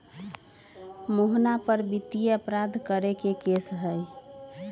मोहना पर वित्तीय अपराध करे के केस हई